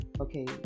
okay